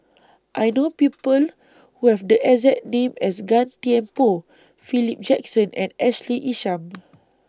I know People Who Have The exact name as Gan Thiam Poh Philip Jackson and Ashley Isham